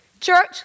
Church